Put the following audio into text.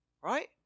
right